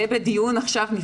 זה בדיון עכשיו.